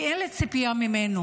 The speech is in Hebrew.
כי אין לי ציפייה ממנו,